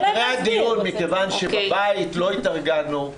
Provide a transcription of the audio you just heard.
מכיוון שבבית לא התארגנו,